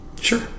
Sure